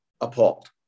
appalled